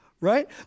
right